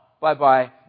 Bye-bye